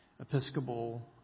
Episcopal